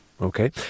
Okay